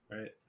Right